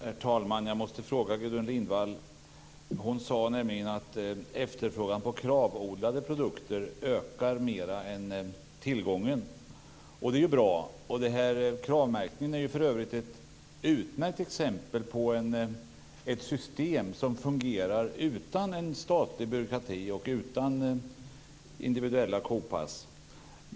Herr talman! Jag måste ställa en fråga till Gudrun Lindvall. Hon sade nämligen att efterfrågan på kravodlade produkter ökar mer än tillgången. Det är bra. Kravmärkningen är för övrigt ett utmärkt exempel på ett system som fungerar utan en statlig byråkrati och utan individuella kopass.